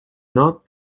not